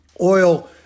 oil